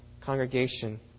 congregation